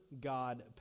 god